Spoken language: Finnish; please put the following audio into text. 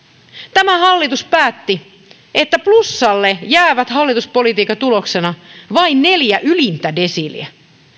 tämä hallitus päätti että plussalle jäävät hallituspolitiikan tuloksena vain neljä ylintä desiiliä